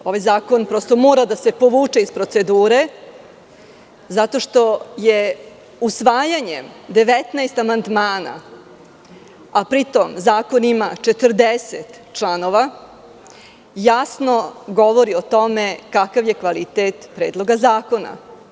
Ovaj zakon mora da se povuče iz procedure zato što je usvajanjem 19 amandmana, a pri tom zakon ima 40 članova, jasno govori o tome kakav je kvalitet Predloga zakona.